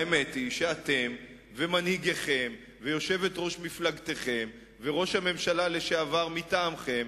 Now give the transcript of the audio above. האמת היא שאתם ומנהיגיכם ויושבת-ראש מפלגתכם וראש הממשלה לשעבר מטעמכם,